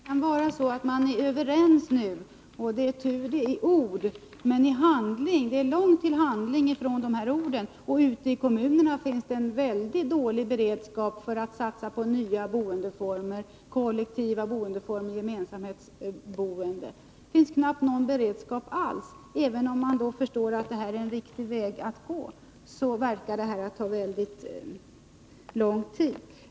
Fru talman! Möjligen är man överens nu i ord — och det är tur. Men det är långt till handling från dessa ord, och ute i kommunerna finns det en mycket dålig beredskap för att satsa på nya boendeformer, kollektiva boendeformer och gemensamhetsboende. Det finns knappast någon beredskap alls, även om man förstår att det är en viktig väg att gå. Det verkar alltså ta mycket lång tid.